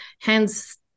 hence